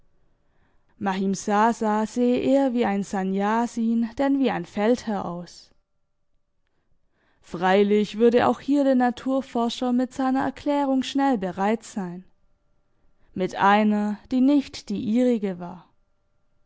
mahimsasa sehe eher wie ein sannyasin denn wie ein feldherr aus freilich würde auch hier der naturforscher mit seiner erklärung schnell bereit sein mit einer die nicht die ihrige war